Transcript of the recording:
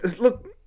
look